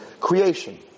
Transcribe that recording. creation